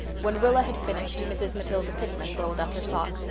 when rilla had finished, mrs. matilda pitman rolled up her sock.